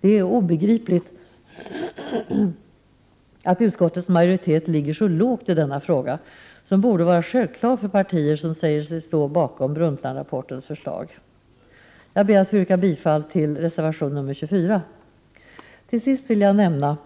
Det är obegripligt att utskottets majoritet ligger så lågt i denna fråga där intställningen borde vara självklar för partier som säger sig stå bakom Brundtlandrapportens förslag. Jag ber att få yrka bifall till reservation 24. Till sist vill jag nämna